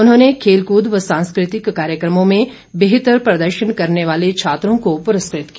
उन्होंने खेलकूद व सांस्कृतिक कार्यक्रमों में बेहतर प्रदर्शन करने वाले छात्रों को पुरस्कृत किया